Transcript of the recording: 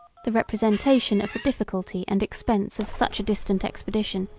the representation of the difficulty and expense of such a distant expedition,